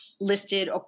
listed